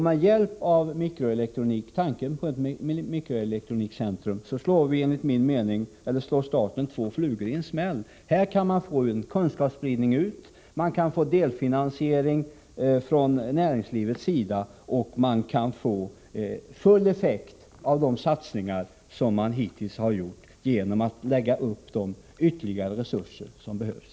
Med hjälp av denna tanke på ett mikroelektronikcentrum slår staten två flugor i en smäll: Man kan få till stånd en kunskapsspridning, man kan få en delfinansiering från näringslivets sida och man kan få full effekt av de satsningar som hittills har gjorts genom att ställa till förfogande de ytterligare resurser som behövs.